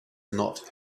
not